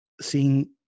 seeing